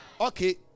Okay